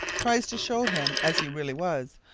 tries to show him as he really was,